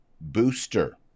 booster